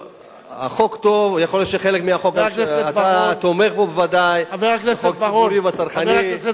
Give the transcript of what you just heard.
אחרת אנחנו לא מבינים למה אנחנו צריכים להצביע.